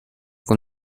con